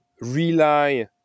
rely